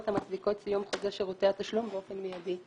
המצדיקות סיום חוזה שירותי התשלום באופן מידי",